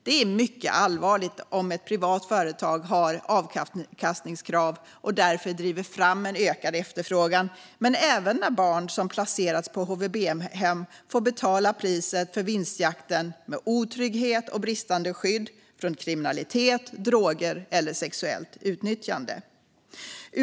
Det är mycket allvarligt om ett privat företag har avkastningskrav och därför driver fram en ökad efterfrågan, men även när barn som placerats på HVB-hem får betala priset för vinstjakten med otrygghet och bristande skydd från kriminalitet, droger eller sexuellt utnyttjande.